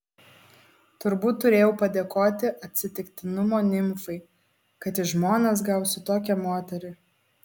turbūt turėjau padėkoti atsitiktinumo nimfai kad į žmonas gausiu tokią moterį